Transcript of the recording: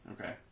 Okay